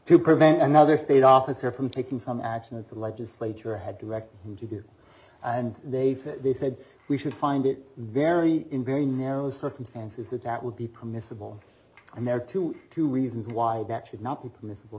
to prevent another state officer from taking some action that the legislature had directed to do and they feel they said we should find it very very narrow circumstances that that would be permissible and there to two reasons why that should not be permissible